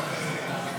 נתקבלה.